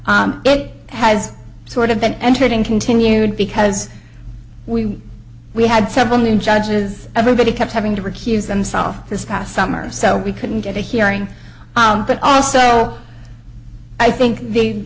it has sort of been entered in continued because we we had several new judges everybody kept having to recuse themselves this past summer so we couldn't get a hearing but also i think